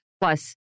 plus